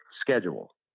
schedule